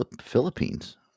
philippines